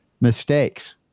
mistakes